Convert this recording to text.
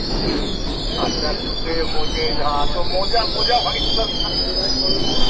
अच्छा जूते मोजे हाँ तो मोजा मोजा व्हाइट कलर का